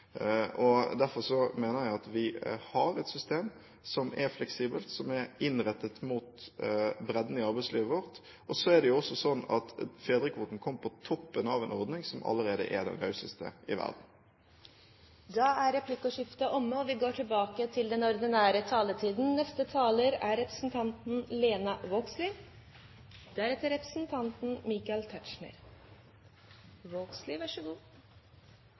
Derfor mener jeg vi har et system som er fleksibelt, som er innrettet mot bredden i arbeidslivet vårt. Så er det jo også sånn at fedrekvoten kommer på toppen av en ordning som allerede er den rauseste i verden. Replikkordskiftet er omme. De talere som heretter får ordet, har en taletid på inntil 3 minutter. Det er